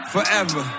Forever